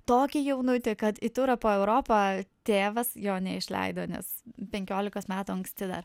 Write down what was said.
tokį jaunutį kad į turą po europą tėvas jo neišleido nes penkiolikos metų anksti dar